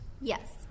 yes